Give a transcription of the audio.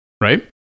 Right